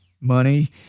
money